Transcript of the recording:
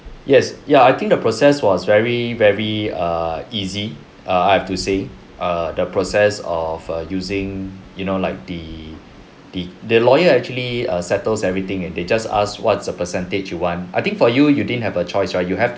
yes ya I think the process was very very err easy err I have to say err the process of uh using you know like the the the lawyer actually uh settles everything and they just asked what's the percentage you want I think for you you didn't have a choice right you have to